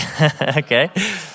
Okay